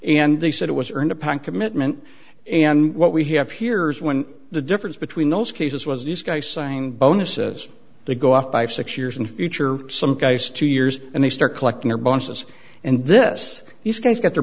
and they said it was earned upon commitment and what we have here is when the difference between those cases was this guy signing bonuses to go off fifty six years in the future some guys two years and they start collecting their bunches and this these guys get their